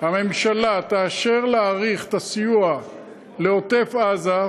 הממשלה תאשר להאריך את הסיוע לעוטף-עזה,